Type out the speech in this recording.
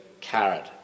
carrot